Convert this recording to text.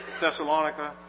Thessalonica